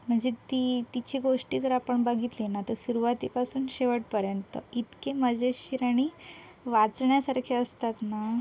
म्हणजे ती तिची गोष्टी जर आपण बघितली ना तर सुरुवातीपासून शेवटपर्यंत इतके मजेशीर आणि वाचण्यासारखे असतात ना